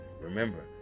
Remember